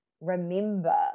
remember